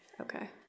okay